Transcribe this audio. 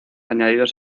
añadidos